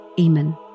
Amen